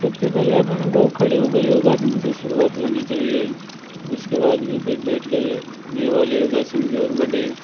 सबसे पहले हमको खड़े होकर योग आसन से शुरुआत करनी चाहिए उसके बाद में फिर बैठकर करने वाले योग आसन की ओर बढ़े